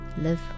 live